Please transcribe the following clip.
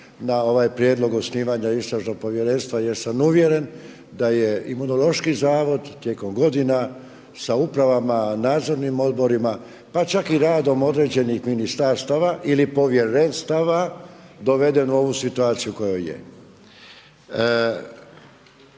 na ovaj prijedlog osnivanja Istražnog povjerenstva jer sam uvjeren da je Imunološki zavod tijekom godina sa upravama, nadzornim odborima pa čak i radom određenih ministarstava ili povjerenstava doveden u ovu situaciju u kojoj je.